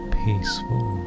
peaceful